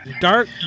Dark